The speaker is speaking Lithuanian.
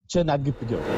čia netgi pigiau